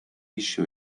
issue